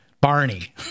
Barney